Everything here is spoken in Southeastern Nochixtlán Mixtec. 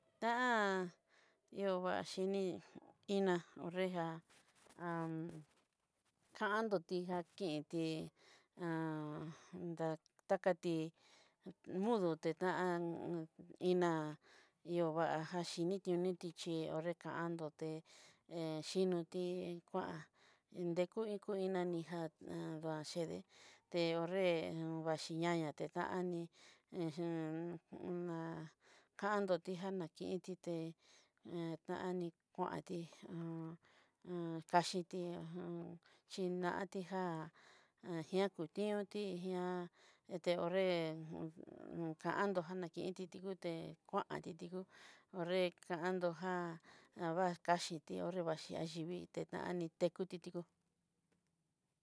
Ta ovaxhini ina kunreja kandotijá kintí, dakatí mudo tita'an, ina yovajaxí xhini onitixhí orekandoté'e xhinotí kuan deku iin ku iin nanijan vaxhidé te onre'e, vaxhiña de te jan ní ná kandotí jan na kintí tanikuentí an taxhiti xhí natí já, ajiankuti ngutí ngia'a a te ho'nre jantó kanakití ti nguté kuantitingu ho're kuanto já ta va kaxhíti ho're vaxhiti vaxhivii anitekuti tikó.